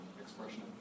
expression